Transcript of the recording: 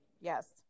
Yes